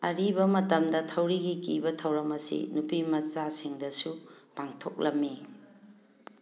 ꯑꯔꯤꯕ ꯃꯇꯝꯗ ꯊꯧꯔꯤꯒꯤ ꯀꯤꯕ ꯊꯧꯔꯝ ꯑꯁꯤ ꯅꯨꯄꯤ ꯃꯆꯥꯁꯤꯡꯗꯁꯨ ꯄꯥꯡꯊꯣꯛꯂꯝꯃꯤ